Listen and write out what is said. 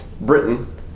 Britain